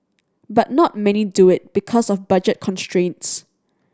but not many do it because of budget constraints